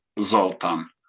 Zoltan